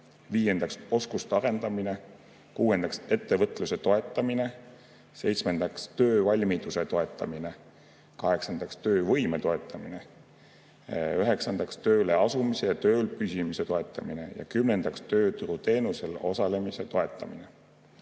viiendaks – oskuste arendamine, kuuendaks – ettevõtluse toetamine, seitsmendaks – töövalmiduse toetamine, kaheksandaks – töövõime toetamine, üheksandaks – tööle asumise ja tööl püsimise toetamine, ning kümnendaks – tööturuteenusel osalemise toetamine.